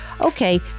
okay